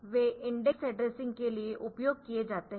वे indexed addressing के लिए उपयोग किए जाते है